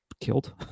killed